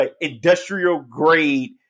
industrial-grade